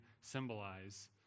symbolize